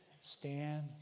Stand